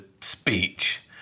speech